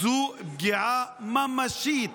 זו פגיעה ממשית